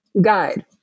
Guide